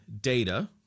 data